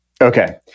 Okay